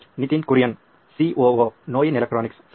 Nitin Kurian COO ನೋಯಿನ್ electronics ಸರಿ